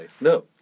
No